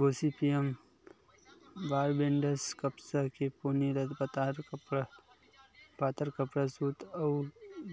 Gossypium barbadense कपसा के पोनी ल पातर कपड़ा, सूत अउ